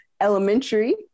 elementary